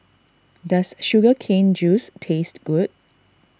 does Sugar Cane Juice taste good